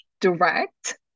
direct